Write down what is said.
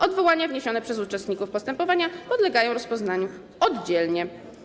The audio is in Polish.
Odwołania wniesione przez uczestników postępowania podlegają rozpoznaniu oddzielnie.